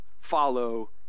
follow